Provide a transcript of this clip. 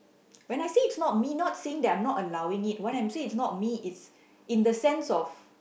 when I say it's not me not saying that I'm not allowing it when I'm say it's not me it's in the sense of